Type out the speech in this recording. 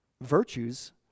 virtues